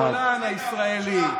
הגולן הישראלי.